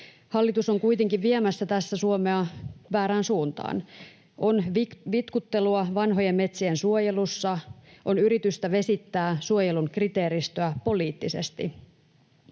Hallitus on kuitenkin viemässä tässä Suomea väärään suuntaan. On vitkuttelua vanhojen metsien suojelussa, on yritystä vesittää suojelun kriteeristöä poliittisesti.